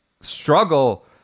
struggle